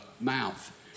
mouth